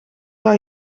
zou